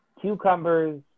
cucumbers